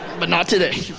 but not today.